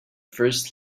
first